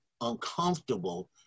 uncomfortable